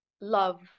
love